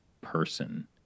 person